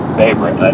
favorite